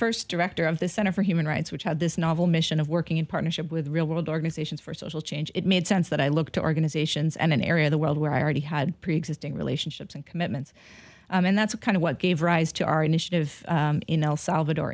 first director of the center for human rights which had this novel mission of working in partnership with real world organizations for social change it made sense that i look to organizations and an area of the world where i already had preexisting relationships and commitments and that's kind of what gave rise to our initiative in el salvador